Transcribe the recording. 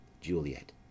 Juliet